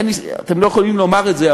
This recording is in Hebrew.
אתם לא יכולים לומר את זה,